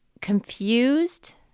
confused